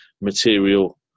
material